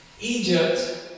Egypt